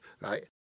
right